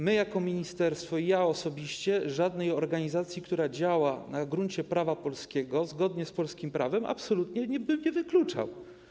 My jako ministerstwo i ja osobiście żadnej organizacji, która działa na gruncie prawa polskiego, zgodnie z polskim prawem, absolutnie nie wykluczamy.